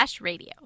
radio